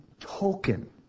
token